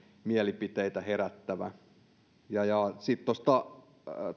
mielipiteitä herättävä sitten tuosta